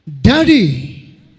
daddy